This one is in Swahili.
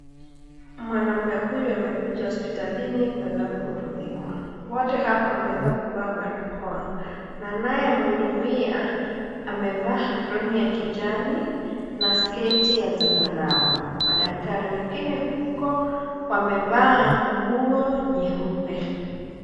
Mwanamume huyu amekuja hospitalini kuweza kuhudumiwa. Wote hapa wameweza kuvaa barakoa. Na anaye mhudumia, amevaa aproni ya kijani na sketi ya zambarau. Madaktari wengine huko, wamevaa nguo nyeupe.